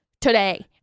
today